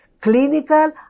clinical